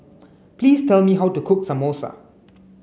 please tell me how to cook Samosa